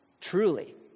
truly